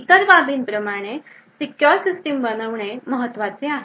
इतर बाबीं प्रमाणे सिक्युअर सिस्टीम बनवणे महत्त्वाचे आहे